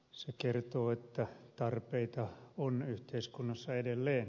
se kertoo että tarpeita on yhteiskunnassa edelleen